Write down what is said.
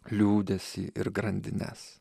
liūdesį ir grandines